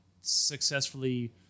successfully